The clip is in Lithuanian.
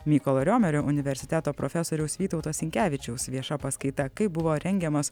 mykolo riomerio universiteto profesoriaus vytauto sinkevičiaus vieša paskaita kaip buvo rengiamas